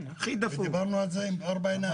אנחנו דיברנו על זה בארבע עיניים.